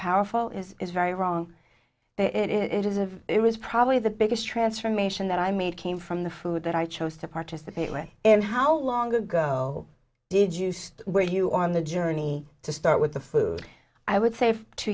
powerful is is very wrong it is of it was probably the biggest transformation that i made came from the food that i chose to participate with and how long ago did you stay where you are on the journey to start with the food i would say